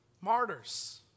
Martyrs